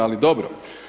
Ali dobro.